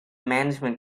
management